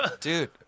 Dude